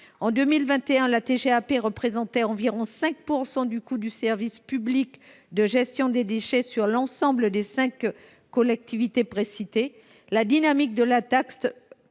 En 2021, la TGAP représentait environ 5 % du coût du service public de gestion des déchets sur les cinq collectivités en question. La dynamique de la taxe